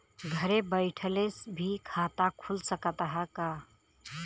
घरे बइठले भी खाता खुल सकत ह का?